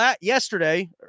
yesterday